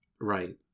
Right